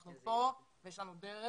אנחנו כאן ויש לנו דרך.